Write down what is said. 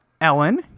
Ellen